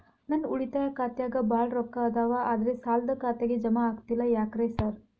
ನನ್ ಉಳಿತಾಯ ಖಾತ್ಯಾಗ ಬಾಳ್ ರೊಕ್ಕಾ ಅದಾವ ಆದ್ರೆ ಸಾಲ್ದ ಖಾತೆಗೆ ಜಮಾ ಆಗ್ತಿಲ್ಲ ಯಾಕ್ರೇ ಸಾರ್?